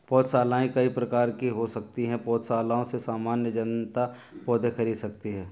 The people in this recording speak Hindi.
पौधशालाएँ कई प्रकार की हो सकती हैं पौधशालाओं से सामान्य जनता पौधे खरीद सकती है